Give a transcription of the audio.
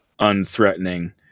Unthreatening